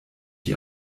die